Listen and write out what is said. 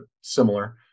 similar